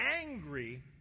angry